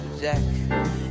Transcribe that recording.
Jack